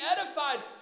edified